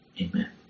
Amen